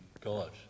God